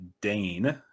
Dane